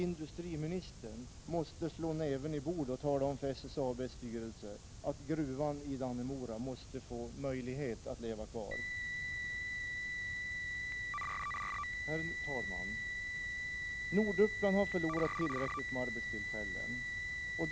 Industriministern måste slå näven i bordet och tala om för SSAB:s styrelse att gruvan i Dannemora måste få leva kvar. Herr talman! Norduppland har förlorat tillräckligt med arbetstillfällen.